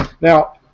Now